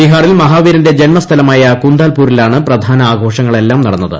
ബീഹാറിൽ മഹാവീരന്റെ ജന്മസ്ഥലമായ കുന്താൽപൂരിലാണ് പ്രധാന ആഘോഷങ്ങളെല്ലാം നടന്നത്